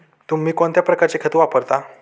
तुम्ही कोणत्या प्रकारचे खत वापरता?